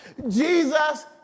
Jesus